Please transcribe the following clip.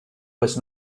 was